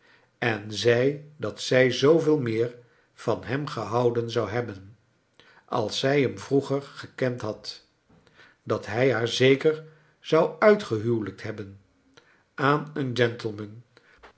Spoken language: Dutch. en zei dat zij zooveel meer van hem gehouden zou liebben als zij hem vroeger gekend had dat hij haar zeker zou uitgehuwelijkt hebben aan een